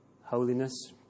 Holiness